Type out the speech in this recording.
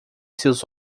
seus